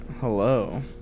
Hello